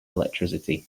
electricity